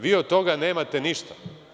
Vi od toga nemate ništa.